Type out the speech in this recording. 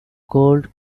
cold